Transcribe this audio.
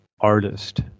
artist